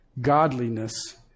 godliness